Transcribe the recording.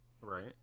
Right